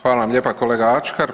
Hvala vam lijepa kolega Ačkar.